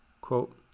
Quote